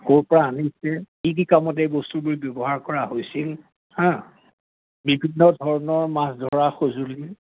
ক'ৰ পৰা আনিছে কি কি কামতে এই বস্তুবোৰ ব্যৱহাৰ কৰা হৈছিল হা বিভিন্ন ধৰণৰ মাছ ধৰা সঁজুলি